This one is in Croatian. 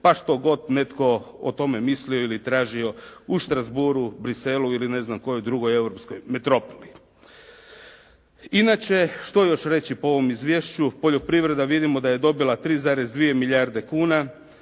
pa što god netko o tome mislio ili tražio u Strassbourgu, Bruxellesu ili ne znam kojoj drugoj europskoj metropoli. Inače, što još reći po ovom izvješću, poljoprivreda vidimo da je dobila 3,2 milijarde kuna,